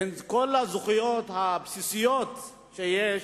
בין כל הזכויות הבסיסיות שיש,